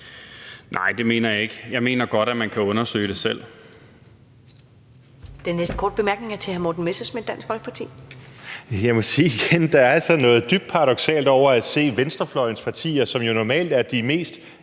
Nej, det mener jeg ikke. Jeg mener godt, at man kan undersøge det selv.